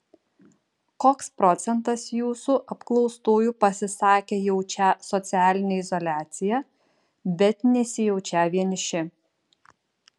koks procentas jūsų apklaustųjų pasisakė jaučią socialinę izoliaciją bet nesijaučią vieniši